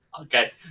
Okay